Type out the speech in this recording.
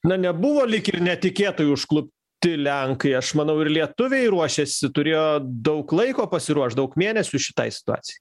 na nebuvo lyg ir netikėtai užklupti lenkai aš manau ir lietuviai ruošėsi turėjo daug laiko pasiruošt daug mėnesių šitai situacijai